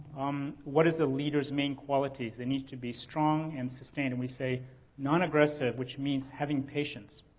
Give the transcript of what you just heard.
um what is the leaders' main qualities they need to be strong and sustained. and we say nonaggressive, which means having patience.